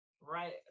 right